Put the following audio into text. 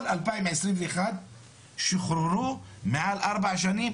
כל 2021 שוחררו מעל ארבע שנים,